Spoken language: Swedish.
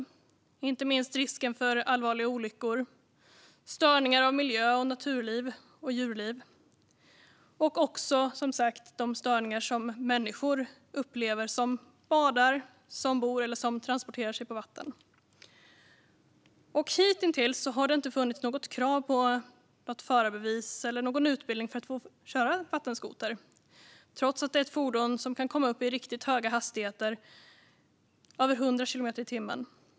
Det handlar inte minst om risken för allvarliga olyckor och om störningar av miljö och naturliv och djurliv. Det handlar som sagt också om de störningar som människor upplever - människor som badar eller som bor vid vatten eller som transporterar sig på vatten. Hittills har det inte funnits något krav på förarbevis eller utbildning för att få köra vattenskoter, trots att det är ett fordon som kan komma upp i riktigt höga hastigheter, över 100 kilometer i timmen.